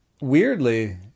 Weirdly